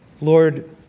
Lord